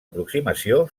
aproximació